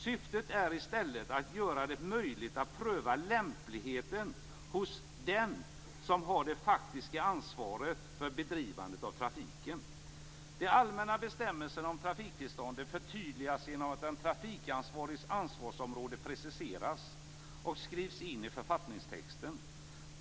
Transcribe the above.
Syftet är i stället att göra det möjligt att pröva lämpligheten hos den som har det faktiska ansvaret för bedrivandet av trafiken. De allmänna bestämmelserna om trafiktillstånd förtydligas genom att den trafikansvariges ansvarsområde preciseras och skrivs in i författningstexten.